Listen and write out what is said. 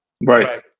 Right